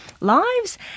lives